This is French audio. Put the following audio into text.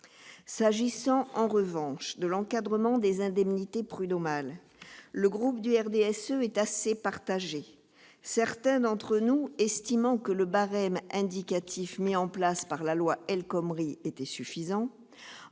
S'agissant, en revanche, de l'encadrement des indemnités prud'homales, le groupe du RDSE est assez partagé, certains d'entre nous estimant que le barème indicatif mis en place par la loi El Khomri était suffisant.